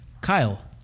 Kyle